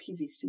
PVC